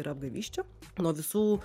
yra apgavysčių nuo visų